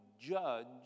judge